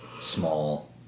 small